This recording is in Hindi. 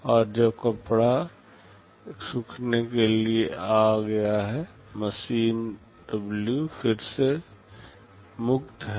और जब कपड़ा 1 सूखने के लिए आ गया है मशीन W फिर से मुक्त है